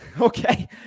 Okay